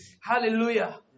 Hallelujah